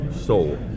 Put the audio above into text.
soul